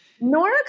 Nora